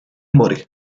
morì